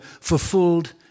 fulfilled